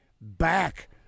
back